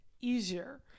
easier